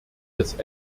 des